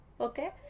okay